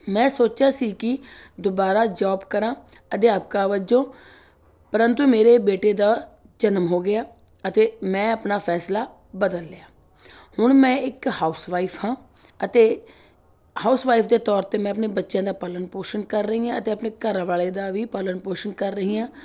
ਮੈਂ ਸੋਚਿਆ ਸੀ ਕਿ ਦੁਬਾਰਾ ਜੋਬ ਕਰਾਂ ਅਧਿਆਪਕਾ ਵਜੋਂ ਪ੍ਰੰਤੂ ਮੇਰੇ ਬੇਟੇ ਦਾ ਜਨਮ ਹੋ ਗਿਆ ਅਤੇ ਮੈਂ ਆਪਣਾ ਫੈਸਲਾ ਬਦਲ ਲਿਆ ਹੁਣ ਮੈਂ ਇੱਕ ਹਾਊਸਵਾਈਫ ਹਾਂ ਅਤੇ ਹਾਊਸ ਵਾਈਫ ਦੇ ਤੌਰ 'ਤੇ ਮੈਂ ਆਪਣੇ ਬੱਚਿਆਂ ਦਾ ਪਾਲਣ ਪੋਸ਼ਣ ਕਰ ਰਹੀ ਹਾਂ ਅਤੇ ਆਪਣੇੇ ਘਰ ਵਾਲੇ ਦਾ ਵੀ ਪਾਲਣ ਪੋਸ਼ਣ ਕਰ ਰਹੀ ਹਾਂ